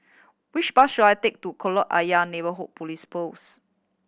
which bus should I take to Kolam Ayer Neighbourhood Police Post